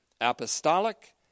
Apostolic